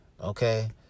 Okay